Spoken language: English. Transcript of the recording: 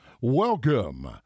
Welcome